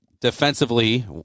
defensively